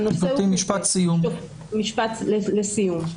משפט לסיום.